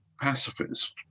pacifist